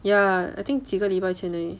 ya I think 几个礼拜前而已